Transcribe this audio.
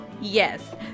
Yes